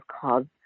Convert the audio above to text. called